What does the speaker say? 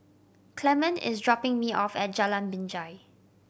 Clemon is dropping me off at Jalan Binjai